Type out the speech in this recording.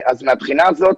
מהבחינה הזאת